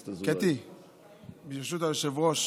היושב-ראש,